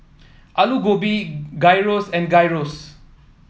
Alu Gobi Gyros and Gyros